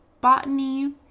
botany